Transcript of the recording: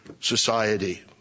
society